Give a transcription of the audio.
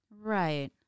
Right